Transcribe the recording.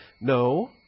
No